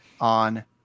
on